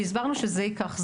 והסברנו שזה ייקח זמן.